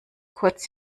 kurz